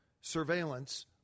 surveillance